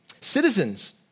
Citizens